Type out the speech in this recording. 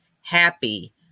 happy